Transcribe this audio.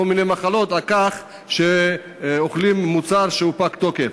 כל מיני מחלות מכך שהם אוכלים מוצר שהוא פג תוקף.